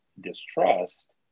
distrust